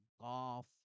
golf